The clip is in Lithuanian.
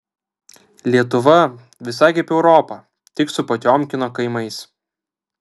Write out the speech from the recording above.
lietuva visai kaip europa tik su potiomkino kaimais